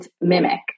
mimic